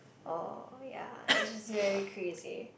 or ya it's just very crazy